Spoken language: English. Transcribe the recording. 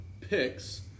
picks